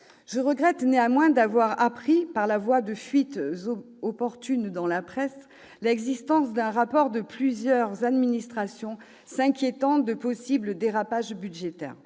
Je regrette néanmoins d'avoir appris, par la voie de fuites opportunes dans la presse, l'existence d'un rapport de plusieurs administrations s'inquiétant de possibles dérapages budgétaires